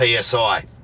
psi